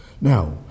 Now